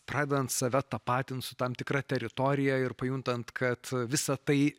pradedant save tapatinti su tam tikra teritorija ir pajuntant kad visa tai